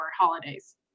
holidays